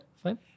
fine